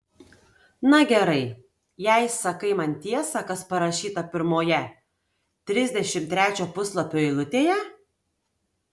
na gerai jei sakai man tiesą kas parašyta pirmoje trisdešimt trečio puslapio eilutėje